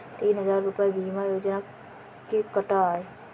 तीन हजार रूपए बीमा योजना के कटा है